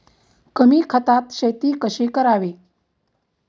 कमी खतात शेती कशी करावी?